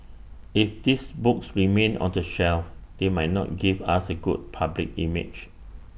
if these books remain on the shelf they might not give us A good public image